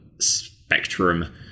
spectrum